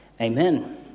amen